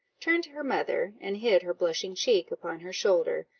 turned to her mother, and hid her blushing cheek upon her shoulder,